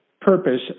purpose